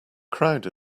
crowd